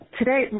today